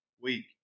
week